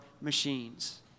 machines